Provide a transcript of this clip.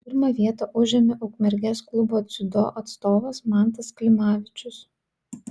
pirmą vietą užėmė ukmergės klubo dziudo atstovas mantas klimavičius